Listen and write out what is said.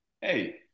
hey